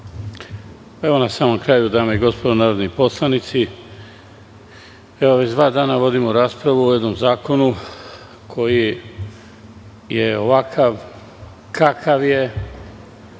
Na samom kraju, dame i gospodo narodni poslanici, već dva dana vodimo raspravu o jednom zakonu koji je ovakav kakav je.